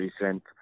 recent